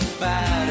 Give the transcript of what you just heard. bad